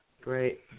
Great